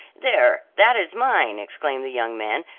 there, that is mine, exclaimed the young man,